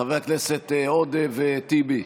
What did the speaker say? חברי הכנסת עודה וטיבי,